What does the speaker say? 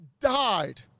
died